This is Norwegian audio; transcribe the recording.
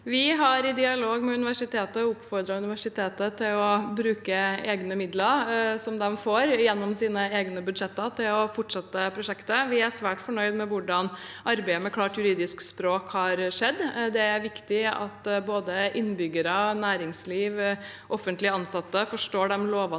Vi har i dia- log med universitetet oppfordret universitetet til å bruke egne midler, som de får gjennom sine egne budsjetter, til å fortsette prosjektet. Vi er svært fornøyde med hvordan arbeidet med klart juridisk språk har skjedd. Det er viktig at både innbyggere, næringsliv og offentlig ansatte forstår de lovene